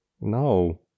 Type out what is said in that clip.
No